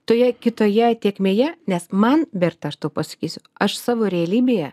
toje kitoje tėkmėje nes man berta aš tau pasakysiu aš savo realybėje